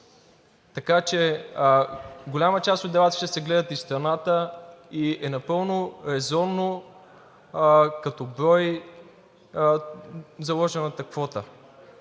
Така че голяма част от делата ще се гледат из страната и е напълно резонна като брой заложената квота,